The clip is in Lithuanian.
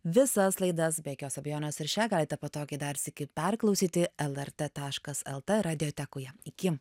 visas laidas be jokios abejonės ir šią galite patogiai dar sykį perklausyti lrt taškas lt radiotekoje iki